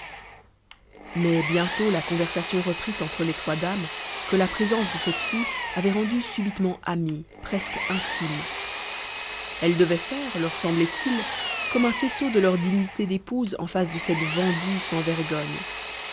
mais bientôt la conversation reprit entre les trois dames que la présence de cette fille avait rendues subitement amies presque intimes elles devaient faire leur semblait-il comme un faisceau de leurs dignités d'épouses en face de cette vendue sans vergogne